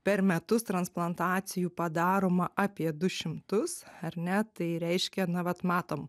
per metus transplantacijų padaroma apie du šimtus ar ne tai reiškia va vat matom